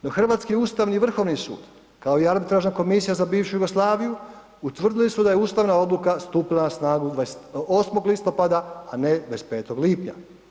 No Hrvatski ustavni vrhovni sud, kao i Arbitražna komisija za bivšu Jugoslaviju utvrdili su da je ustavna odluka stupila na snagu 28. listopada, a ne 25. lipnja.